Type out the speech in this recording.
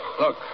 Look